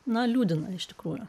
na liūdina iš tikrųjų